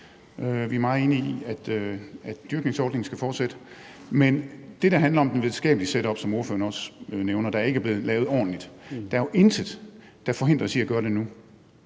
Vi er meget enige i, at dyrkningsordningen skal fortsætte. Men i forhold til det, der handler om det videnskabelige setup, som ordføreren også nævner, og som ikke er blevet lavet ordentligt, er der jo intet, der forhindrer os i at gøre det nu.